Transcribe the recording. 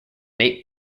nate